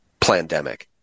plandemic